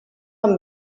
amb